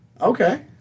Okay